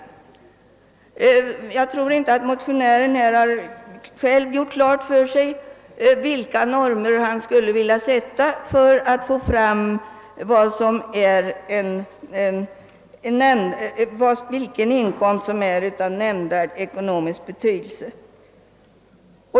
Jag tror inte att motionären här själv har gjort klart för sig vilka normer han skulle vilja tillämpa för att få fram vilken inkomst det är som är av nämnvärd ekonomisk betydelse.